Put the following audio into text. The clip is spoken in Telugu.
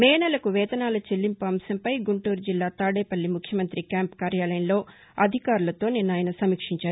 మే నెలకు వేతనాల చెల్లింపు అంశంపై గుంటూరు జిల్లా తాదేపల్లి ముఖ్యమంత్రి క్యాంపు కార్యాలయంలో అధికారులతో నిన్న ఆయన సమీక్షించారు